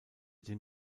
den